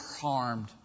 harmed